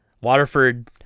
waterford